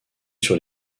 sur